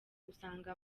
usanga